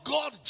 God